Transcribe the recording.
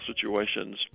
situations